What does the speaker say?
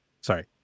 Sorry